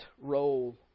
role